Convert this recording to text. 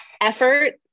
effort